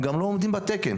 משפטים: